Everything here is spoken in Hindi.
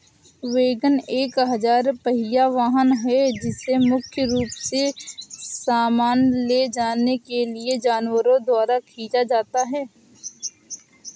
वैगन एक चार पहिया वाहन है जिसे मुख्य रूप से सामान ले जाने के लिए जानवरों द्वारा खींचा जाता है